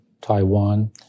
Taiwan